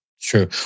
True